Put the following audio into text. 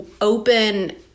open